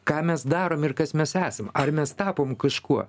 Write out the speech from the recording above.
ką mes darom ir kas mes esam ar mes tapom kažkuo